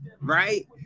right